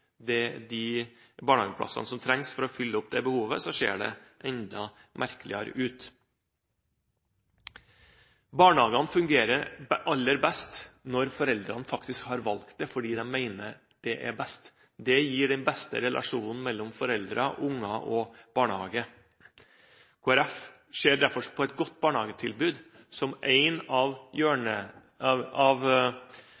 ut de barnehageplassene som trengs for å fylle opp dette behovet, ser det enda merkeligere ut. Barnehagene fungerer aller best når foreldrene faktisk har valgt det, fordi de mener det er best. Det gir den beste relasjonen mellom foreldre, barn og barnehage. Kristelig Folkeparti ser derfor på et godt barnehagetilbud som en av